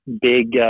big